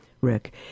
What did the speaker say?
Rick